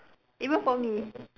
even for me